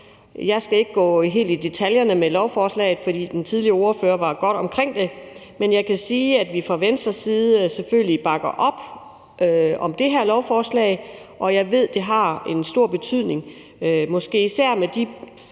Jeg skal ikke gå helt i detaljer med lovforslaget, for den tidligere ordfører kom godt omkring det. Men jeg kan sige, at vi fra Venstres side selvfølgelig bakker op om det her lovforslag, og jeg ved, at det har en stor betydning, måske især for de